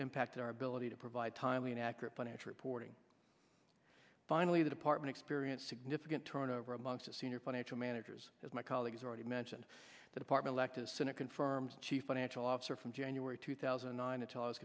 impact our ability to provide timely and accurate financial reporting finally the department experienced significant turnover amongst senior financial managers as my colleagues already mentioned the department lacked a senate confirmed chief financial officer from january two thousand and nine until i was